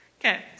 Okay